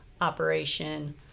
operation